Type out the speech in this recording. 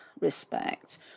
respect